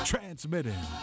Transmitting